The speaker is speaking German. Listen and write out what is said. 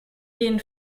gehen